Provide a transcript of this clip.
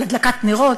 על הדלקת נרות,